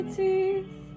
teeth